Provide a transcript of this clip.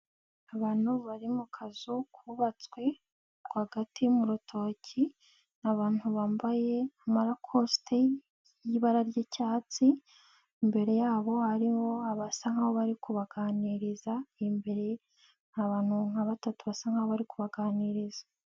Abantu bari mu kazu kub, atswe rwagati mu rutoki, ni abantu bambaye amakosite y'ibara ry'icyatsi imbere yabo harimo abasa nkaho bari kubaganiriza imbere abantu nka batatu basa nkaho bari kubaganiriza.